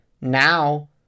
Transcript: now